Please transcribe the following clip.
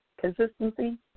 consistency